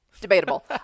Debatable